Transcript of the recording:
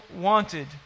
wanted